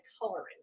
coloring